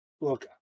look